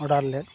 order ᱞᱮ